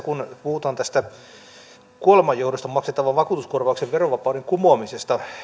kun tässä puhutaan kuoleman johdosta maksettavan vakuutuskorvauksen verovapauden kumoamisesta